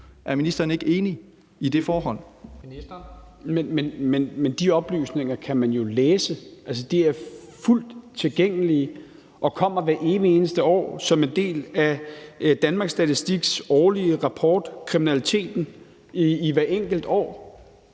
Justitsministeren (Peter Hummelgaard): Men de oplysninger kan man jo læse. Altså, de er fuldt tilgængelige og kommer hvert evig eneste år som en del af Danmarks Statistiks årlige rapport om kriminaliteten i hvert enkelt år.